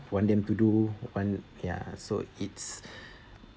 want them to do on ya so it's